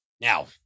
Now